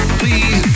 please